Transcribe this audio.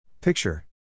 Picture